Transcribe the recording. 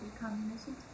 communism